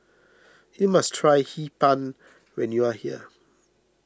you must try Hee Pan when you are here